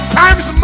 times